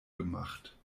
gemacht